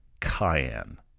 Cayenne